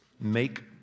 Make